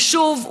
ושוב,